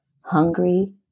hungry